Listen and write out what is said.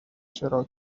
چرا